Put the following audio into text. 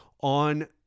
on